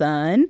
Sun